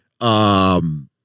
um-